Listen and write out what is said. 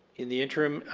in the interim,